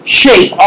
shape